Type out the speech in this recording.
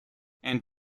and